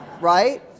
right